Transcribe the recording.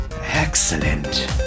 Excellent